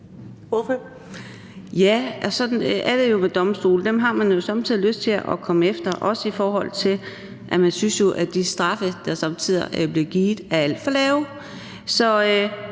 har man jo somme tider lyst til at komme efter, også i forhold til at man jo synes, at de straffe, der somme tider bliver givet, er alt for lave.